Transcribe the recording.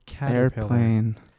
airplane